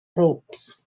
ropes